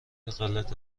غلط